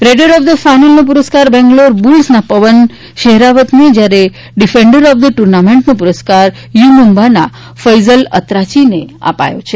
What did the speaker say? reader of the ફાઈનલનો પુરસ્કાર બેંગ્લોર બુલ્સના પવન શેફરાવતને જ્યારે ડિફેન્ડર ઓફ ધ ટુર્નામેન્ટનો પુરસ્કાર યુમુમ્બાના ફૈઝલ અત્રાચીને અપાયો છે